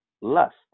lust